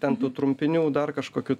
ten tų trumpinių dar kažkokių